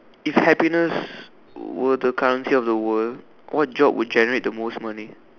if happiness were the currency of the world what job would generate the most money